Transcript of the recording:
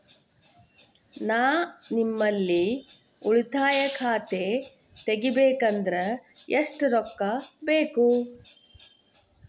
ನಾ ನಿಮ್ಮಲ್ಲಿ ಉಳಿತಾಯ ಖಾತೆ ತೆಗಿಬೇಕಂದ್ರ ಎಷ್ಟು ರೊಕ್ಕ ಬೇಕು?